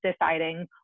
deciding